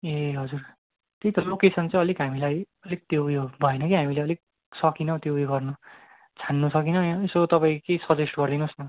ए हजुर त्यही त लोकेसन चाहिँ अलिक हामीलाई अलिक त्यो उयो भएन कि हामीले अलिक सकिनौँ त्यो उयो गर्नु छान्नु सकिन यसो तपाईँ केही सजेस्ट गरिदिनुहोस् न